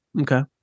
Okay